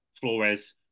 Flores